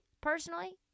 personally